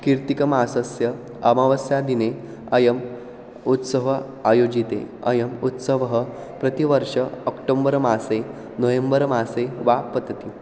कार्तिकमासस्य अमावासदिने अयम् उत्सवः आयोज्यते अयम् उत्सवः प्रतिवर्षम् अक्टोम्बर् मासे नवेम्बर् मासे वा पतति